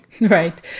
Right